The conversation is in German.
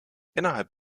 innerhalb